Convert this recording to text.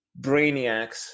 brainiacs